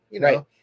Right